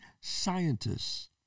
scientists